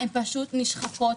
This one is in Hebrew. הן נשחקות